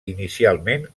inicialment